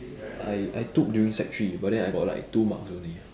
I I took during sec three but then I got like two marks only